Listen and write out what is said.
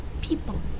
people